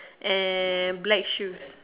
and black shoes